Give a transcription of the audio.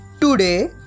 today